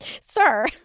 sir